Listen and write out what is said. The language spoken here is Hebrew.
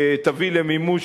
שתביא למימוש